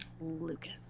Lucas